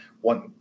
One